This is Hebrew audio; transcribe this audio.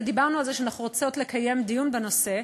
ודיברנו על זה שאנחנו רוצות לקיים דיון בנושא.